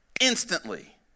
instantly